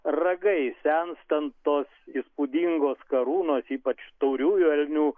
ragai senstant tos įspūdingos karūnos ypač tauriųjų elnių